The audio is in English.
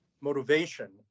motivation